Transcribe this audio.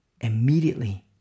Immediately